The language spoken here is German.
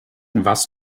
was